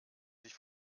sich